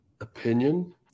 opinion